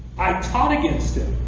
i taught against it.